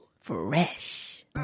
Fresh